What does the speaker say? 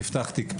נפתח תיק.